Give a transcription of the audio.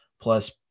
plus